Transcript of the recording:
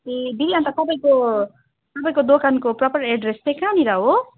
ए दिदी अन्त तपाईँको तपाईँको दोकानको प्रोपर एड्रेस चाहिँ कहाँनिर हो